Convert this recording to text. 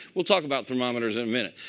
we'll talk about thermometers in a minute.